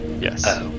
Yes